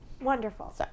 Wonderful